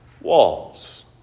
walls